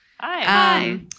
hi